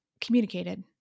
communicated